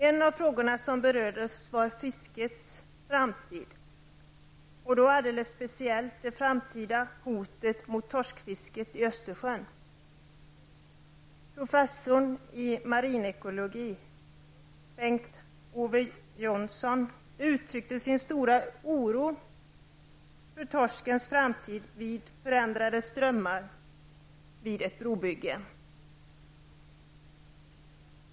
En av frågorna som berördes var fiskets framtid, då alldeles speciellt det framtida hotet mot torskfisket i Östersjön. Professorn i marinekologi Bengt-Ove Jonsson uttryckte sin stora oro för torskens framtid på grund av förändrade strömmar vid ett brobygge.